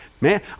Man